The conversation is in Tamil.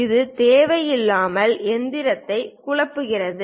இது தேவையில்லாமல் எந்திரத்தை குழப்புகிறது